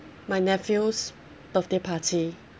my nephew's birthday party